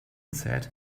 said